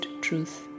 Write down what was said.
truth